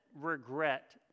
regret